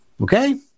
Okay